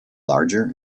larger